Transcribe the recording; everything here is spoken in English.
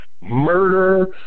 murder